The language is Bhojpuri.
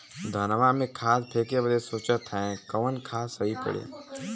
धनवा में खाद फेंके बदे सोचत हैन कवन खाद सही पड़े?